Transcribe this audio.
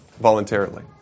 Voluntarily